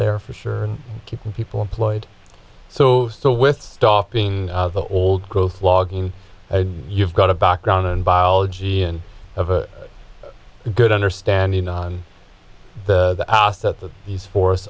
there for sure and keeping people employed so so with stopping the old growth logging and you've got a background in biology and have a good understanding of the assets of these forests